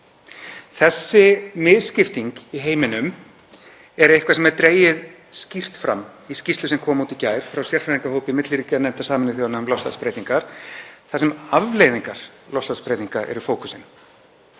Þessi misskipting í heiminum er dregin skýrt fram í skýrslu sem kom út í gær frá sérfræðingahópi milliríkjanefndar Sameinuðu þjóðanna um loftslagsbreytingar þar sem afleiðingar loftslagsbreytinga eru fókusinn.